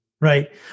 Right